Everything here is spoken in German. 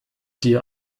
dir